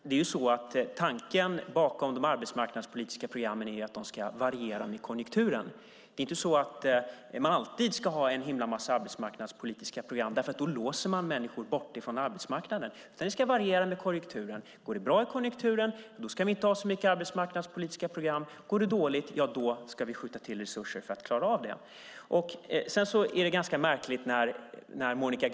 Men tanken bakom de arbetsmarknadspolitiska programmen är att de ska variera med konjunkturen. Man ska inte alltid ha en himla massa arbetsmarknadspolitiska program, för då låser man ute människor från arbetsmarknaden. De ska variera med konjunkturen. Går det bra i konjunkturen ska vi inte ha så mycket arbetsmarknadspolitiska program. Går det dåligt ska vi skjuta till resurser för att klara av det. Det som Monica Green säger om utbildning låter ganska märkligt.